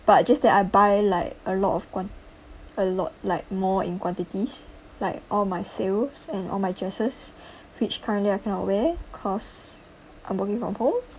but just that I buy like a lot of quan~ a lot like more in quantities like all my sales and all my dresses which currently I cannot wear because I'm working from home